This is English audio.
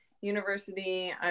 university